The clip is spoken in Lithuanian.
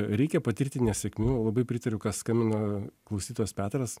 reikia patirti nesėkmių labai pritariu kas skambina klausytojas petras